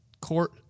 court